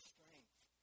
strength